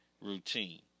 routine